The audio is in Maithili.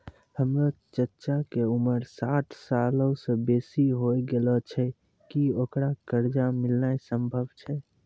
हमरो चच्चा के उमर साठ सालो से बेसी होय गेलो छै, कि ओकरा कर्जा मिलनाय सम्भव छै?